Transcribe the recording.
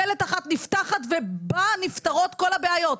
דלת אחת נפתחת ובה נפתרות כל הבעיות.